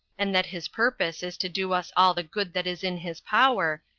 and that his purpose is to do us all the good that is in his power,